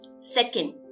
Second